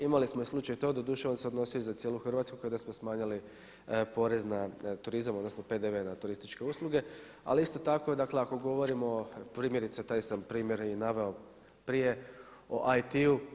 Imali smo i slučaj to doduše on se odnosio za cijelu Hrvatsku kada smo smanjili porez na turizam odnosno PDV na turističke usluge, ali isto tako kada govorimo primjerice, taj sam primjer i naveo prije o IT.